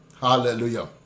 Hallelujah